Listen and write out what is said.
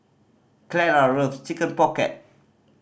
Clara loves Chicken Pocket